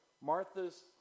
Martha's